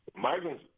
Migrants